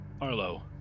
Arlo